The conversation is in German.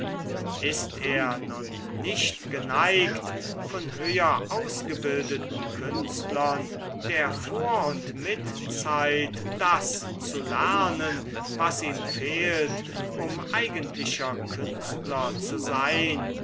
ist er nun nicht geneigt von höher ausgebildeten künstlern der vor und mitzeit das zu lernen was ihm fehlt um eigentlicher künstler zu sein